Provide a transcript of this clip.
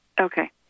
Okay